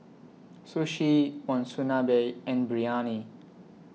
Sushi Monsunabe and Biryani